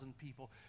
people